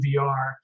VR